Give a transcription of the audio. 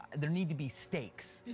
there need to be stakes.